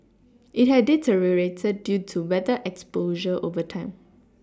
it had deteriorated due to weather exposure over time